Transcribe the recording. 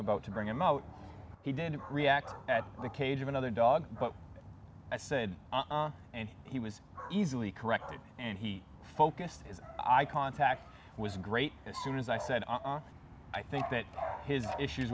about to bring him out he didn't react at the cage of another dog but i said and he was easily corrected and he focused his eye contact was great as soon as i said i think that his issues